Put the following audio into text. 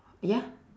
ya